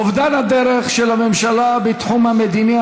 אובדן הדרך של הממשלה בתחום המדיני,